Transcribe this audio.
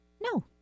No